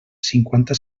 cinquanta